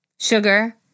sugar